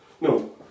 No